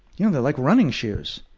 you know, they're like running shoes.